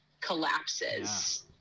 collapses